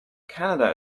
canada